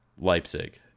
Leipzig